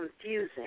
confusing